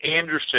Anderson